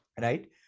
right